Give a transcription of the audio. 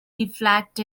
reflect